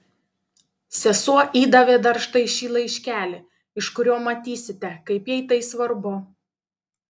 sesuo įdavė dar štai šį laiškelį iš kurio matysite kaip jai tai svarbu